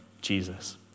Jesus